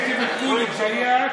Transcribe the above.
עיסאווי,